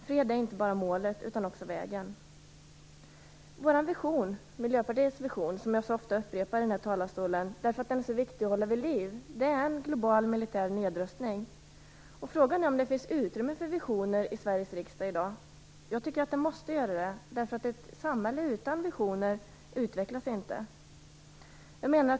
Fred är inte bara målet, utan också vägen. Miljöpartiets vision, som jag så ofta upprepar i denna talarstol därför att den är så viktig att hålla vid liv, är en global, militär nedrustning. Frågan är om det finns utrymme för visioner i Sveriges riksdag i dag. Jag tycker att det måste göra det. Ett samhälle utan visioner utvecklas inte.